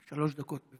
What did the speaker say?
דקות.